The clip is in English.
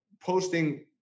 posting